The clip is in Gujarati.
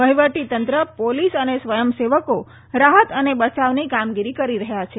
વહીવટીતંત્ર પોલીસ અને સ્વયંસેવકો રાહત અને બચાવની કામગીરી કરી રહ્યા છે